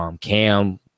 Cam